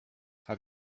have